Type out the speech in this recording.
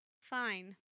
fine